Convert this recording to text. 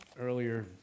earlier